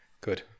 Good